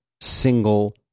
single